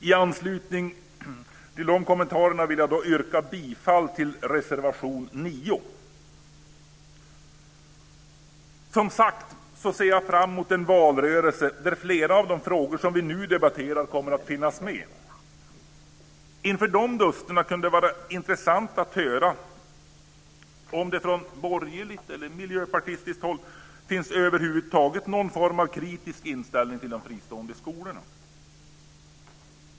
I anslutning till de kommentarerna vill jag yrka bifall till reservation 9. Som sagt, jag ser fram emot en valrörelse där flera av de frågor som vi nu debatterar kommer att finnas med. Inför de dusterna kunde det vara intressant att höra om det från borgerligt och miljöpartistiskt håll finns över huvud taget någon form av kritisk inställning till de fristående skolorna.